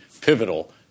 pivotal